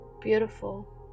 beautiful